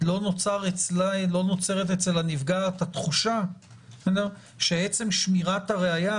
לא נוצרת אצל הנפגעת התחושה שעצם שמירת הראיה,